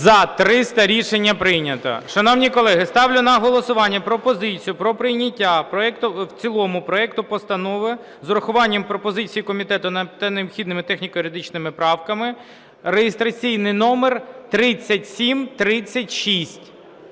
За-300 Рішення прийнято. Шановні колеги, ставлю на голосування пропозицію про прийняття в цілому проекту постанови з урахуванням пропозицій комітету та необхідними техніко-юридичними правками, реєстраційний номер 3736.